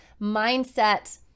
mindset